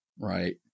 right